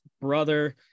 brother